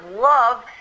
love